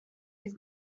fydd